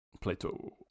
Plato